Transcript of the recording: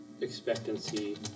expectancy